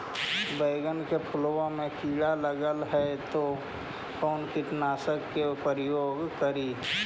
बैगन के फुल मे कीड़ा लगल है तो कौन कीटनाशक के प्रयोग करि?